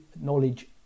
knowledge